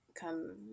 Come